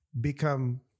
become